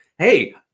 hey